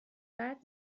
بعد